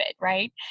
Right